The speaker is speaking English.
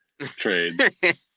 trade